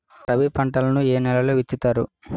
రబీ పంటలను ఏ నెలలో విత్తుతారు?